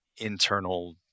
internal